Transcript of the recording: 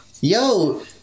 yo